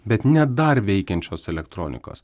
bet ne dar veikiančios elektronikos